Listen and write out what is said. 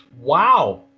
Wow